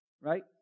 right